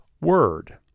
word